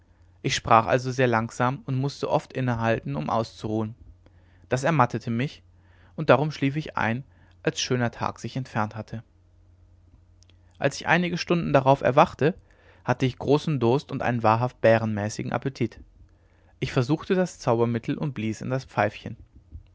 ich sprach also sehr langsam und mußte oft innehalten um auszuruhen das ermattete mich und darum schlief ich ein als schöner tag sich entfernt hatte als ich einige stunden darauf erwachte hatte ich großen durst und einen wahrhaft bärenmäßigen appetit ich versuchte das zaubermittel und blies in das pfeifchen